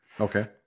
Okay